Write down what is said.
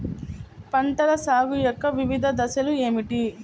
పంటల సాగు యొక్క వివిధ దశలు ఏమిటి?